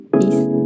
Peace